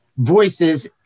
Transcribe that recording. voices